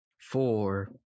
four